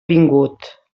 vingut